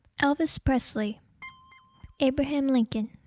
elvis presley abraham lincoln